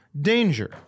danger